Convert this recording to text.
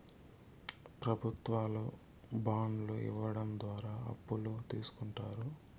ప్రభుత్వాలు బాండ్లు ఇవ్వడం ద్వారా అప్పులు తీస్కుంటారు